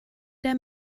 der